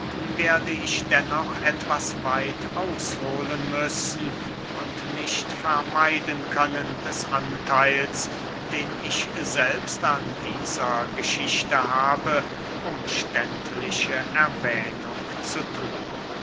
werde ich dennoch etwas weit aushohlen müssen und nicht vermeiden können des antheils den ich selbst an dieser geschichte habe umständliche erwähnung zu thun